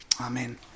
Amen